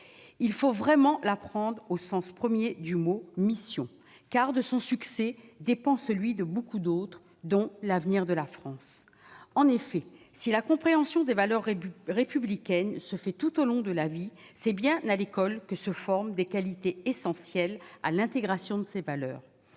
il faut vraiment la prendre au sens 1er du mot mission car de son succès dépend celui de beaucoup d'autres, dont l'avenir de la France, en effet, si la compréhension des valeurs républicaines se fait tout au long de la vie, c'est bien à l'école que se forment des qualités essentielles à l'intégration de ces valeurs,